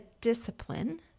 discipline